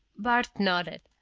bart nodded.